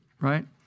right